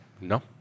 No